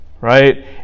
Right